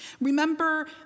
remember